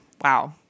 Wow